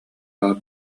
баар